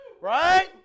right